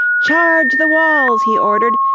charge the walls! he ordered,